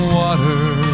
water